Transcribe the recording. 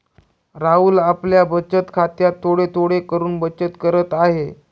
राहुल आपल्या बचत खात्यात थोडे थोडे करून बचत करत आहे